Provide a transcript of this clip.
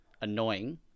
annoying